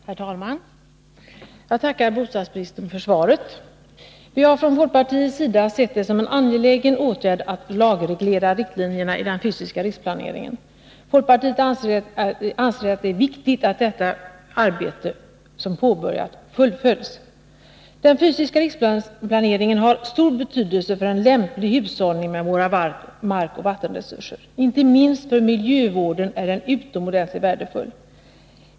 Herr talman! Jag tackar bostadsministern för svaret. Vi har från folkpartiets sida sett det som en angelägen åtgärd att lagreglera riktlinjerna i den fysiska riksplaneringen. Folkpartiet anser att det är viktigt att det arbete som har påbörjats fullföljs. Den fysiska riksplaneringen har stor betydelse för en lämplig hushållning med våra markoch vattenresurser. Inte minst för miljövården är den utomordentligt värdefull.